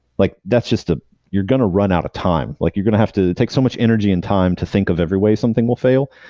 like that's just ah you're going to run out of time. like you're going to have to take so much energy and time to think of every way something will fail,